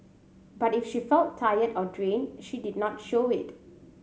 but if she felt tired or drained she did not show it